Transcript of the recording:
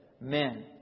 Men